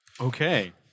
okay